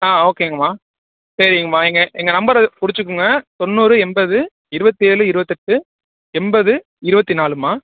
ஆ ஓகேங்கம்மா சரிங்கம்மா எங்கள் எங்கள் நம்பரை குறிச்சுக்கங்க தொண்ணூறு எண்பது இருவத்தேழு இருபத்தெட்டு எண்பது இருபத்தி நாலும்மா